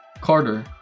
carter